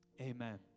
amen